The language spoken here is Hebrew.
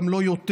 גם לא יותר,